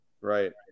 Right